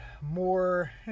more